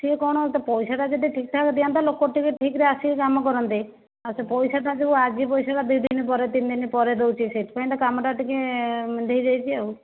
ସିଏ କଣ ତା ପଇସାଟା ଯଦି ଠିକ୍ ଠାକ୍ରେ ଦିଅନ୍ତା ଲୋକ ଟିକିଏ ଠିକ୍ରେ ଆସିକି କାମ କରନ୍ତେ ଆଉ ସେ ପଇସାଟା ଯେଉଁ ଆଜି ପଇସାଟା ଦୁଇଦିନ ପରେ ତିନିଦିନ ପରେ ଦେଉଛି ସେଇଥିପାଇଁ ତ କାମଟା ଟିକିଏ ଧୀରେଇଛି ଆଉ